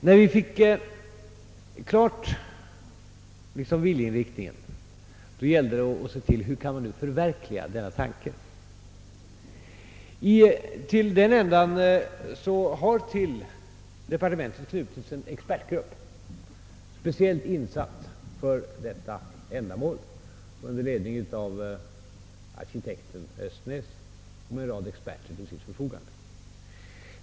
När vi hade klargjort viljeinriktningen gällde det att se till hur man nu skulle kunna förverkliga denna tanke. Till den ändan har det till departementet knutits en expertgrupp — speciellt insatt för detta ändamål — som leds av arkitekten Östnäs och som har en rad experter till sitt förfogande.